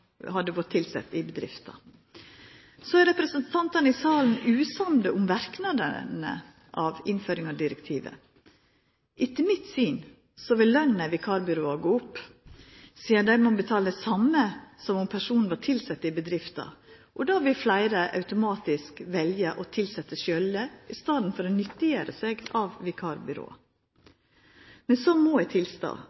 i bedrifta. Så er representantane i salen usamde om verknadene av innføring av direktivet. Etter mitt syn vil lønna i vikarbyråa gå opp, sidan dei må betala det same som om personen var tilsett i bedrifta. Då ville fleire bedrifter automatisk velja å tilsetja sjølve i staden for å nyttiggjera seg eit vikarbyrå.